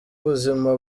ubuzima